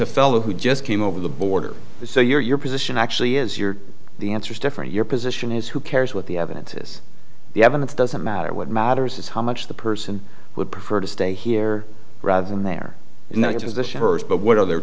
a fellow who just came over the border so your position actually is you're the answer is different your position is who cares what the evidence is the evidence doesn't matter what matters is how much the person would prefer to stay here rather than there and that